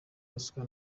ruswa